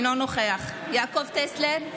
אינו נוכח יעקב טסלר,